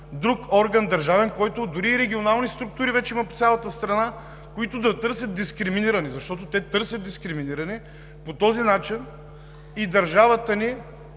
друг държавен орган, който има дори регионални структури вече по цялата страна, които да търсят дискриминирани? Защото те търсят дискриминирани. По този начин и държавата ни